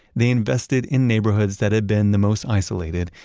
they invested in neighborhoods that had been the most isolated,